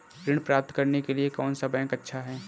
ऋण प्राप्त करने के लिए कौन सा बैंक अच्छा है?